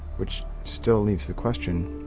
which still leaves the question